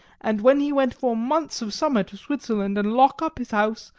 and when he went for months of summer to switzerland and lock up his house,